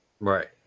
Right